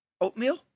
oatmeal